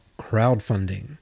crowdfunding